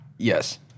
Yes